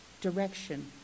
direction